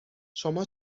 شما